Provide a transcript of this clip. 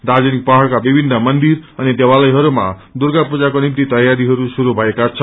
दार्जीलिङ पहाड़का विभिन्न मन्दिर अनि देवालयहरूमा दुग्र पूजाको निम्ति तयारीहरू शुरू भएका छन्